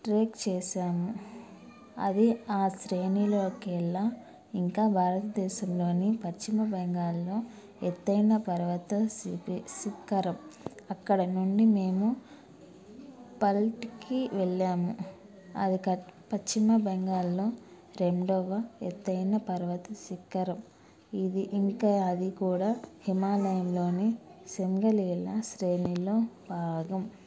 trek చేసాము అది ఆ శ్రేణిలోకెల్లా ఇంకా భారతదేశంలోని పశ్చిమ బెంగాల్లో ఎత్తయిన పర్వత శిఖరం అక్కడ నుండి మేము పల్ట్కి వెళ్ళాము అది పశ్చిమ బెంగాల్లో రెండవ ఎత్తయిన పర్వత శిఖరం ఇది ఇంకా అది కూడా హిమాలయంలోని సింగాలీలా శ్రేణిలో భాగం